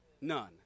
None